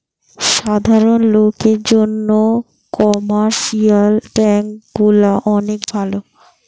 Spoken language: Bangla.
সাধারণ লোকের জন্যে কমার্শিয়াল ব্যাঙ্ক গুলা অনেক ভালো